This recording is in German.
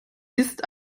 ist